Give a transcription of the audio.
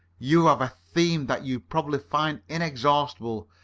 you have a theme that you probably find inexhaustible.